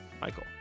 Michael